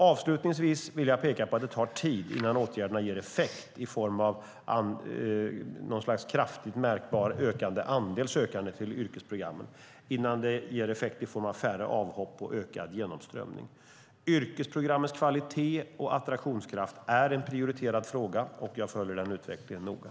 Avslutningsvis vill jag peka på att det tar tid innan åtgärderna ger effekt i form av något slags kraftigt märkbar ökad andel sökande till yrkesprogrammen och i form av färre avhopp och ökad genomströmning. Yrkesprogrammens kvalitet och attraktionskraft är en prioriterad fråga, och jag följer utvecklingen noga.